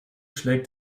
schlägt